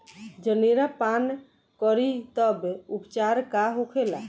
जनेरा पान करी तब उपचार का होखेला?